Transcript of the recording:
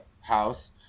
house